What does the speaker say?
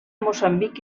moçambic